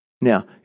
Now